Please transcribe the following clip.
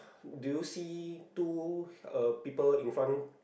do you see two uh people in front